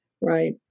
Right